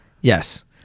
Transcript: Yes